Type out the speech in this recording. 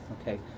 okay